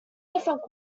different